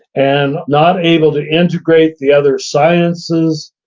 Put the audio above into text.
and not able to integrate the other sciences.